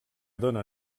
dóna